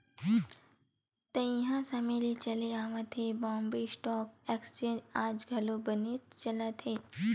तइहा समे ले चले आवत ये बॉम्बे स्टॉक एक्सचेंज आज घलो बनेच चलत हे